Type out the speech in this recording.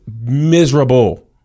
miserable